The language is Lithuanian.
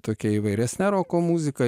tokia įvairesne roko muzika